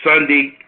Sunday